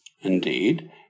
indeed